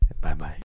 Bye-bye